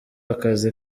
akazi